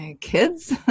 kids